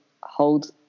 Hold